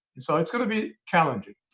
and so it's gonna be challenging.